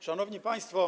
Szanowni Państwo!